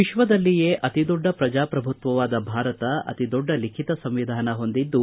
ವಿತ್ವದಲ್ಲಿಯೇ ಅತಿದೊಡ್ಡ ಪ್ರಜಾಪ್ರಭುತ್ವವಾದ ಭಾರತ ಅತಿದೊಡ್ಡ ಲಿಖಿತ ಸಂವಿಧಾನ ಹೊಂದಿದ್ದು